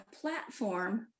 platform